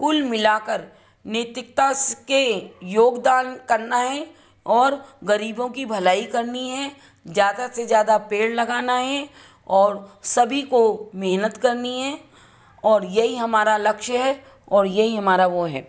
कुल मिलाकर नैतिकता स के योगदान करना है और गरीबों की भलाई करनी है ज़्यादा से ज़्यादा पेड़ लगाना है और सभी को मेहनत करनी है और यही हमारा लक्ष्य है और यही हमारा वह है